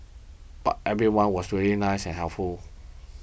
but everyone was really nice and helpful